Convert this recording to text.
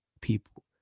people